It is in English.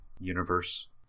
universe